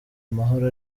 amahoro